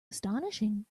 astonishing